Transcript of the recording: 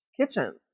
kitchens